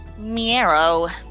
Miero